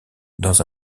dans